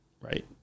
right